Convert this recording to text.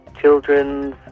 children's